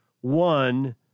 One